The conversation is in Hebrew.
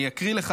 אני אקריא לך,